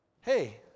Hey